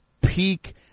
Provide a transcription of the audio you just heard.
peak